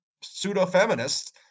pseudo-feminists